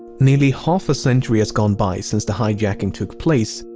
nearly half a century has gone by since the hijacking took place,